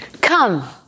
Come